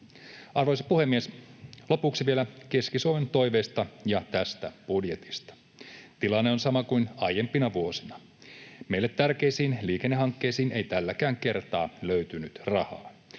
Arvoisa puhemies! Lopuksi vielä Keski-Suomen toiveista ja tästä budjetista. Tilanne on sama kuin aiempina vuosina. Meille tärkeisiin liikennehankkeisiin ei tälläkään kertaa löytynyt rahaa,